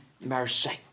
mercy